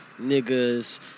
niggas